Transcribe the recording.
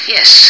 Yes